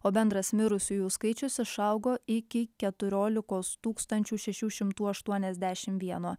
o bendras mirusiųjų skaičius išaugo iki keturiolikos tūkstančių šešių šimtų aštuoniasdešim vieno